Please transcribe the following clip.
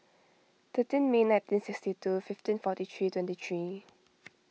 thirteen May nineteen sixty two fifteen forty five twenty three